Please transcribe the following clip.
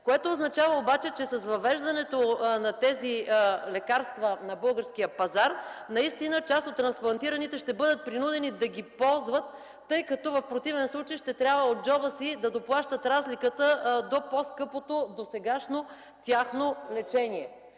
Което означава обаче, че с въвеждането на тези лекарства на българския пазар наистина част от трансплантираните ще бъдат принудени да ги ползват, тъй като в противен случай ще трябва да доплащат от джоба си разликата до по-скъпото досегашно тяхно лечение.